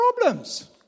problems